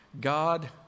God